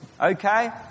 Okay